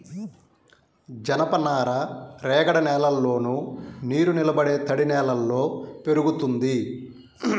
జనపనార రేగడి నేలల్లోను, నీరునిలబడే తడినేలల్లో పెరుగుతుంది